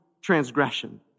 transgression